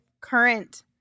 current